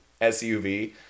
SUV